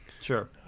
Sure